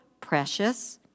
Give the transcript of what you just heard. precious